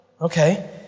okay